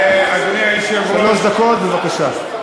אדוני היושב-ראש, שלוש דקות, בבקשה.